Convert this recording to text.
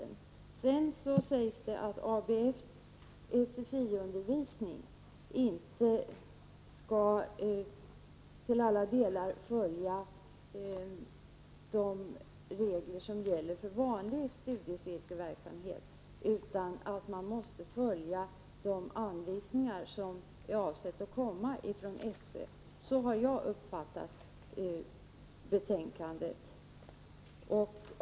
Sedan vill jag säga till Per Unckel att ABF:s SFI-undervisning inte till alla delar skall följa de regler som gäller för vanlig studiecirkelverksamhet. ABF måste följa de anvisningar som är avsedda att komma från SÖ. Så har jag uppfattat betänkandet.